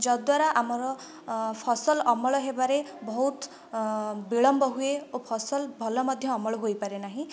ଯଦ୍ଵାରା ଆମର ଫସଲ ଅମଳ ହେବାରେ ବହୁତ ବିଳମ୍ବ ହୁଏ ଓ ଫସଲ ଭଲ ମଧ୍ୟ ଅମଳ ହୋଇପାରେ ନାହିଁ